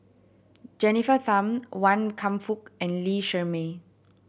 Jennifer Tham Wan Kam Fook and Lee Shermay